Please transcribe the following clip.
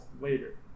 later